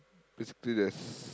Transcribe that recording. basically there's